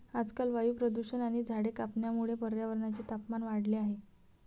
आजकाल वायू प्रदूषण आणि झाडे कापण्यामुळे पर्यावरणाचे तापमान वाढले आहे